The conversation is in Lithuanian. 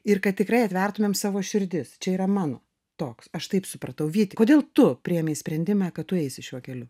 ir kad tikrai atvertumėm savo širdis čia yra mano toks aš taip supratau vyti kodėl tu priėmei sprendimą kad tu eisi šiuo keliu